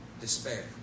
Despair